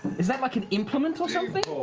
is that like an implement or something?